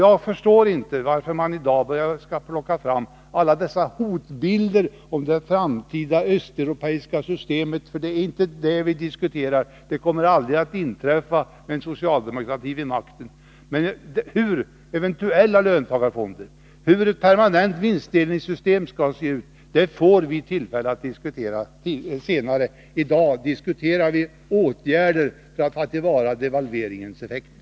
Jag förstår inte varför man i dag börjar plocka fram alla dessa hotbilder om det östeuropeiska systemet, för det är inte det som vi diskuterar. Det systemet kommer aldrig att genomföras med en socialdemokrati vid makten. Men hur eventuella löntagarfonder, hur ett permanent vinstdelningssystem skall se ut får vi tillfälle att diskutera senare. I dag talar vi om åtgärder för att ta till vara devalveringens effekter.